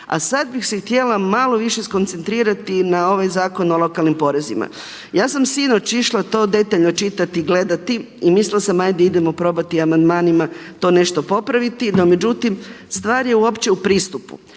A sada bih se htjela malo više skoncentrirati na ovaj Zakon o lokalnim porezima. Ja sam sinoć išla to detaljno čitati i gledati i mislila sam ajde idemo probati amandmanima to nešto popraviti no međutim stvar je uopće u pristupu.